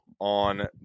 on